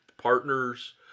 partners